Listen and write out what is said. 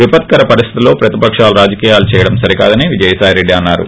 విపత్కర పరిస్దితుల్లో ప్రతిపకాలు రాజకీయాలు చేయడం సరికాదని విజయసాయి రెడ్డి అన్నారు